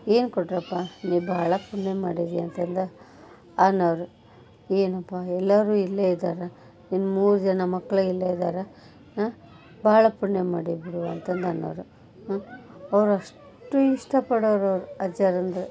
ಏನು ಕೊಟ್ರಪ್ಪಾ ನೀ ಭಾಳ ಪುಣ್ಯ ಮಾಡಿದೀಯಾ ಅಂತಂದು ಅನ್ನೋರು ಏನಪ್ಪಾ ಎಲ್ಲಾರು ಇಲ್ಲೇ ಇದಾರೆ ನಿನ್ನ ಮೂರು ಜನ ಮಕ್ಕಳು ಇಲ್ಲೇ ಇದ್ದಾರೆ ಭಾಳ ಪುಣ್ಯ ಮಾಡಿ ಬಿಡು ಅಂತಂದು ಅನ್ನೋರು ಅವ್ರು ಅಷ್ಟು ಇಷ್ಟಪಡೋರು ಅವ್ರು ಅಜ್ಜಾರು ಅಂದರೆ